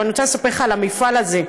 אבל אני רוצה לספר לך על המפעל הזה,